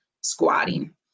squatting